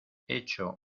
echo